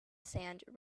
sand